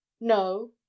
no